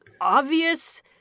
obvious